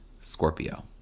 Scorpio